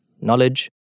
knowledge